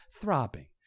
throbbing